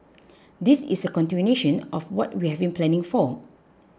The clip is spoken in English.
this is a continuation of what we have been planning for